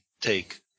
take